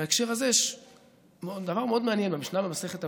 בהקשר הזה יש דבר מאוד מעניין במשנה במסכת אבות: